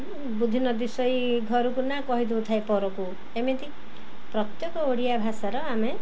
ବୁଦ୍ଧି ନଦିଶଇ ଘରକୁ ନା କହିଦଉଥାଏ ପରକୁ ଏମିତି ପ୍ରତ୍ୟେକ ଓଡ଼ିଆ ଭାଷାର ଆମେ